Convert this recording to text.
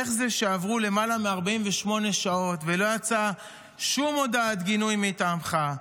איך זה שעברו למעלה מ-48 שעות ולא יצאה שום הודעת גינוי מטעמך?